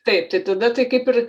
taip tai tada tai kaip ir